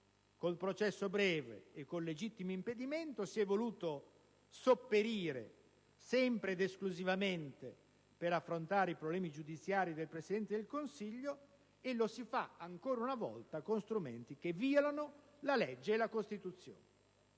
il processo breve e con il legittimo impedimento, si è voluto porre rimedio sempre ed esclusivamente per affrontare i problemi giudiziari del Presidente del Consiglio. E lo si è fatto, ancora una volta, con strumenti che violano la legge e la Costituzione.